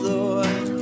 Lord